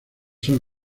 son